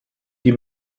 die